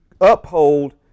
uphold